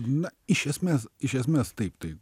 na iš esmės iš esmes taip tai